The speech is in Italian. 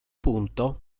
punto